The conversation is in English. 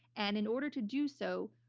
and in order to do so,